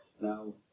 now